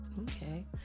Okay